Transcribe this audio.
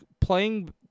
playing